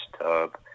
tub